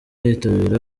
yitabira